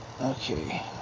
Okay